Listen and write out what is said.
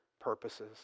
purposes